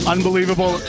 Unbelievable